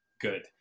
Good